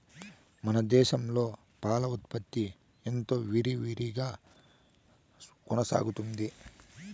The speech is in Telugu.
దేశంలో పాల ఉత్పత్తి ఎంతో విరివిగా కొనసాగుతోంది